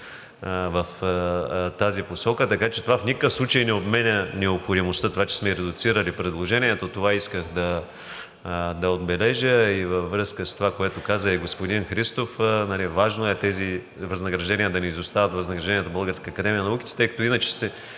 в тази посока. Така че това в никакъв случай не отменя необходимостта, това че сме редуцирали предложението, това исках да отбележа. И във връзка с това, което каза и господин Христов, важно е тези възнаграждения да не изостават от възнагражденията в Българската академия на науките, тъй като иначе ще